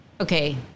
okay